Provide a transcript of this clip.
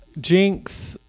Jinx